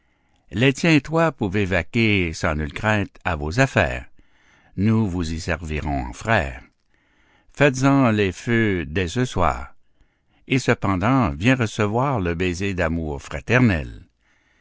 et toi pouvez vaquer sans nulle crainte à vos affaires nous vous y servirons en frères faites-en les feux dès ce soir et cependant viens recevoir le baiser d'amour fraternelle